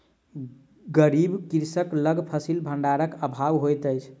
गरीब कृषक लग फसिल भंडारक अभाव होइत अछि